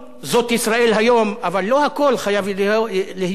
אבל לא הכול חייב להיות "ישראל היום",